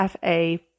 FA